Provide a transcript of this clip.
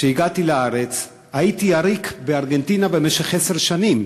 כשהגעתי לארץ הייתי עריק בארגנטינה במשך עשר שנים.